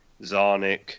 Zarnik